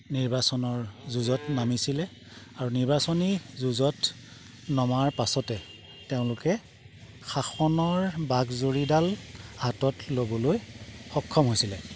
নিৰ্বাচনৰ যুঁজত নামিছিলে আৰু নিৰ্বাচনী যুঁজত নমাৰ পাছতে তেওঁলোকে শাসনৰ বাক জৰীডাল হাতত ল'বলৈ সক্ষম হৈছিলে